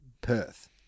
Perth